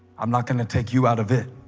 i'm not gonna take you out of it.